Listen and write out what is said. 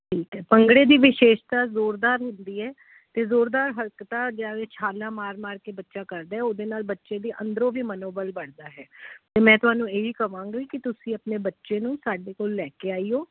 ਠੀਕ ਹੈ ਭੰਗੜੇ ਦੀ ਵਿਸ਼ੇਸ਼ਤਾ ਜ਼ੋਰਦਾਰ ਹੁੰਦੀ ਹੈ ਅਤੇ ਜ਼ੋਰਦਾਰ ਹਰਕਤਾ ਜਾਵੇ ਛਾਲਾ ਮਾਰ ਮਾਰ ਕੇ ਬੱਚਾ ਕਰਦਾ ਉਹਦੇ ਨਾਲ ਬੱਚੇ ਦੇ ਅੰਦਰੋਂ ਵੀ ਮਨੋਬਲ ਬਣਦਾ ਹੈ ਅਤੇ ਮੈਂ ਤੁਹਾਨੂੰ ਇਹ ਹੀ ਕਹਾਂਗੀ ਕਿ ਤੁਸੀਂ ਆਪਣੇ ਬੱਚੇ ਨੂੰ ਸਾਡੇ ਕੋਲ ਲੈ ਕੇ ਆਇਓ